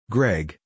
Greg